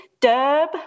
Derb